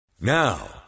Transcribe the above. Now